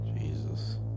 Jesus